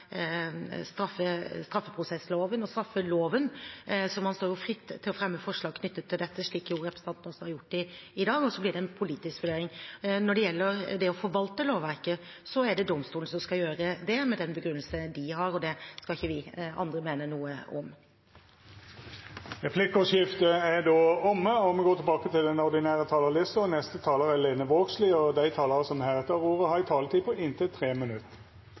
straffeprosessloven og straffeloven, så man står fritt til å fremme forslag knyttet til dette, slik representanten har gjort i dag, og så blir det en politisk vurdering. Når det gjelder å forvalte lovverket, er det domstolen som skal gjøre det med den begrunnelsen de har, og det skal ikke vi andre mene noe om. Replikkordskiftet er omme. Dei talarane som heretter får ordet, har òg ei taletid på inntil 3 minutt. Alvorleg kriminalitet skal straffast hardt, og den maksstraffkonkurransen som føregår mellom Høgre og Framstegspartiet, kunne det ha vore moro å delta i. Høgre seier dei går til val på